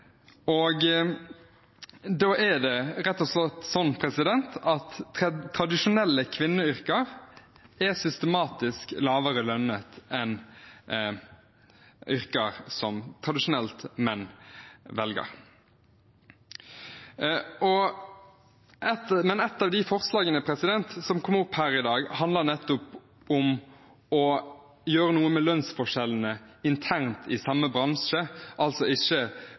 Da er det rett og slett slik at tradisjonelle kvinneyrker er systematisk lavere lønnet enn yrker som tradisjonelt menn velger. Men et av de forslagene som kommer opp her i dag, handler nettopp om å gjøre noe med lønnsforskjellene internt i samme bransje, altså ikke